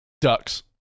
ducks